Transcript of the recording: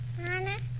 Honest